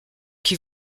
qui